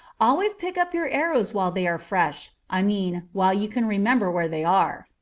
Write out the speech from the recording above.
always pick up your arrows while they are fresh i mean, while you can remember where they are.